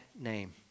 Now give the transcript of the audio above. name